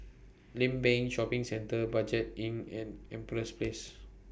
Limbang Shopping Centre Budget Inn and Empress Place